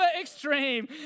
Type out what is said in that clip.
extreme